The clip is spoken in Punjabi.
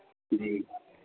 ਜੀ